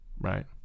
Right